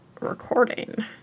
recording